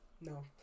No